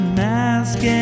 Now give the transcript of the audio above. mask